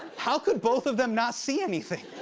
how could both of them not see anything?